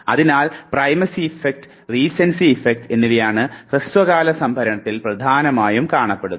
അതിനാൽ primacy effect recency effect എന്നിവയാണ് ഹ്രസ്വകാല സംഭരണത്തിൽ പ്രധാനമായും കാണപ്പെടുന്നത്